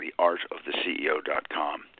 theartoftheceo.com